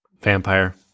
Vampire